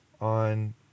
on